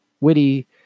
witty